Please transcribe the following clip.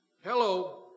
Hello